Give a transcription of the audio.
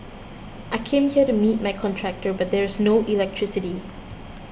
I came here to meet my contractor but there's no electricity